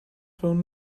phone